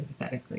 empathetically